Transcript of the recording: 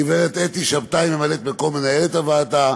לגברת אתי שבתאי, ממלאת מקום מנהלת הוועדה,